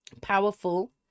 powerful